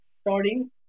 starting